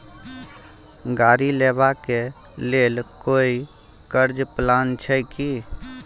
गाड़ी लेबा के लेल कोई कर्ज प्लान छै की?